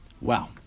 Wow